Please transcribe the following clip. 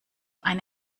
eine